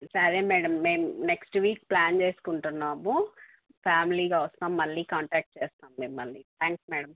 సరే మ్యాడం మేము next week plan చేసుకుంటున్నాము ఫ్యామిలీ గా వస్తాం మళ్ళీ కాంటాక్ట్ చేస్తాం మిమల్ని థ్యాంక్స్ మ్యాడం